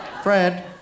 Fred